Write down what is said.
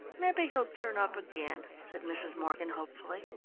maybe he'll turn up again, said mrs. morgan hopefully.